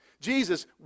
Jesus